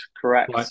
correct